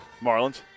Marlins